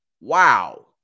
Wow